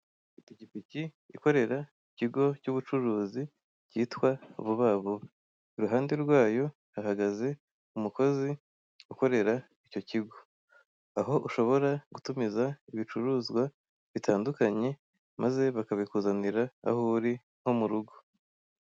Ipikipiki ikorera ikigo cy'ubucuruzi kitwa vubavuba iruhande rwayo hahagaze umukozi ukorera icyo kigo aho ushobora gutumiza ibicuruzwa bitandukanye maze bakabikuzanira aho uri nko mu rugo.